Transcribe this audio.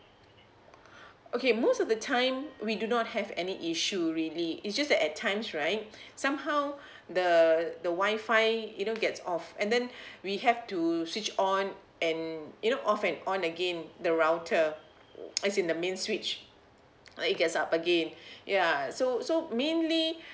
okay most of the time we do not have any issue really it's just that at times right somehow the the wifi you know gets off and then we have to switch on and you know off and on again the router as in the main switch if gets up again ya so so mainly